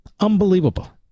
unbelievable